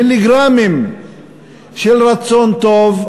מיליגרמים של רצון טוב,